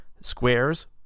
Squares